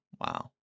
wow